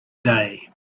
day